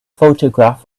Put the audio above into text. photograph